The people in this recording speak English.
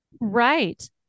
Right